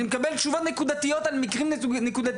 אני מקבל תשובות נקודתיות על מקרים נקודתיים,